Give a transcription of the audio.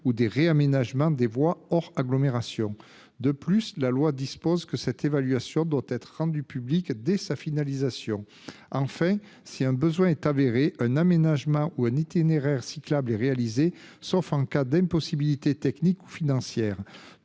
ou des réaménagements des voies hors agglomération. La même loi précise que cette évaluation est rendue publique dès sa finalisation. Si un besoin est avéré, un aménagement ou un itinéraire cyclable est réalisé, sauf en cas d’impossibilité technique ou financière.